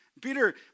Peter